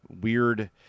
weird